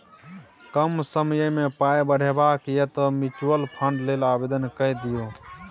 कम समयमे पाय बढ़ेबाक यै तँ म्यूचुअल फंड लेल आवेदन कए दियौ